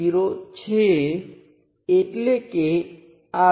ચાલો કહીએ કે મને વિશ્લેષણ માટે આ સર્કિટ આપી છે અને મારે V1 ની કિંમત શોધવી છે